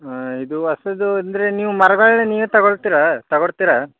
ಹಾಂ ಇದು ಹೊಸದು ಅಂದರೆ ನೀವು ಮರ್ಗಳನ್ನು ನೀವೇ ತಗೋಳ್ತೀರ ತಗೋಳ್ತಿರ